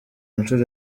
nshuro